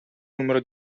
numero